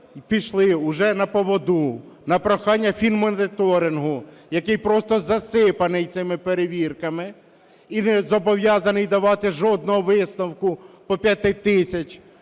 пішли вже на поводу, на прохання фінмоніторингу, який просто засипаний цими перевірками і не зобов'язаний давати жодного висновку по 5 тисячах.